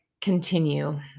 continue